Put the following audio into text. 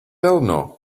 eleanor